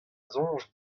soñj